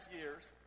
years